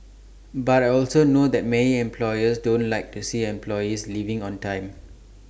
but I also know that many employers don't like to see employees leaving on time